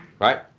Right